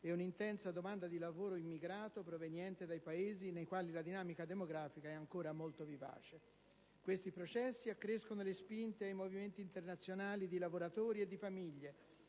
ed un'intensa domanda di lavoro immigrato proveniente da Paesi nei quali la dinamica demografica è ancora molto vivace. Questi processi accrescono le spinte ai movimenti internazionali di lavoratori e di famiglie,